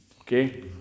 okay